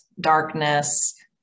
darkness